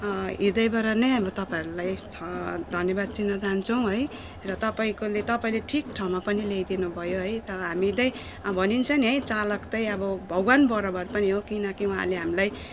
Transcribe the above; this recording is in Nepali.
हृदयबाट नै अब तपाईँहरूलाई ध धन्यवाद दिन चाहन्छौँ है र तपाईँकोले तपाईँले ठिक ठाउँमा पनि ल्याइदिनु भयो है र हामी चाहिँ भनिन्छ नि है चालक चाहिँ अब भगवान बराबर पनि हो किनकि उहाँहरूले चाहिँ हामीलाई